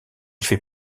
fait